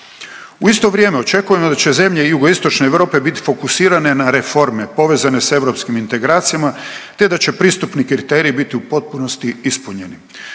U isto vrijeme očekujemo da će zemlje Jugoistočne Europe bit fokusirane na reforme povezane sa europskim integracijama, te da će pristupni kriteriji biti u potpunosti ispunjeni.